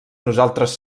nosaltres